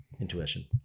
Intuition